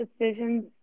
decisions